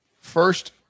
first